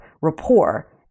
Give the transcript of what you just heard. rapport